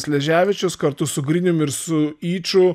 sleževičius kartu su grinium ir su yču